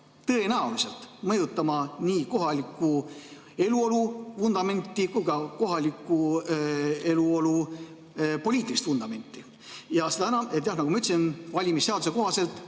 tõenäoliselt mõjutama nii kohaliku eluolu vundamenti kui ka kohaliku eluolu poliitilist vundamenti. Seda enam, et jah, nagu ma ütlesin, valimisseaduse kohaselt